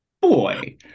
boy